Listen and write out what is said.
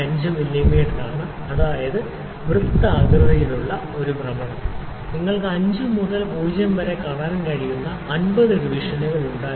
5 millimetre അതായത് വൃത്താകൃതിയിലുള്ള ഒരു ഭ്രമണം നിങ്ങൾക്ക് 5 മുതൽ 0 വരെ കാണാൻ കഴിയുന്ന 50 ഡിവിഷനുകൾ ഉണ്ടായിരുന്നു